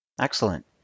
Excellent